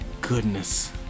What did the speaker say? Goodness